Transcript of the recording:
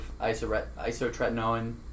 isotretinoin